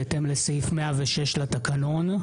בהתאם לסעיף 106 לתקנון הכנסת".